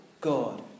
God